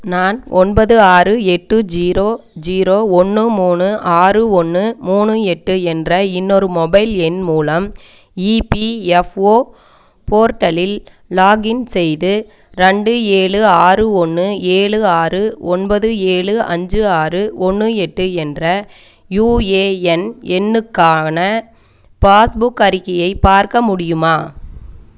நான் ஒன்பது ஆறு எட்டு ஜீரோ ஜீரோ ஒன்று மூணு ஆறு ஒன்று மூணு எட்டு என்ற இன்னொரு மொபைல் எண் மூலம் இபிஎஃப்ஒ போர்ட்டலில் லாகின் செய்து ரெண்டு ஏழு ஆறு ஒன்று ஏழு ஆறு ஒன்பது ஏழு அஞ்சு ஆறு ஒன்று எட்டு என்ற யுஏஎன் எண்ணுக்கான பாஸ்புக் அறிக்கையை பார்க்க முடியுமா